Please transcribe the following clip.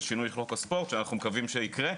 שינוי חוק הספורט שאנחנו מקווים שיקרא,